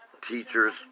teachers